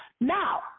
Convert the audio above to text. Now